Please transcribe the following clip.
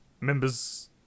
Members